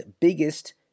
biggest